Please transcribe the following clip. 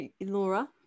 Laura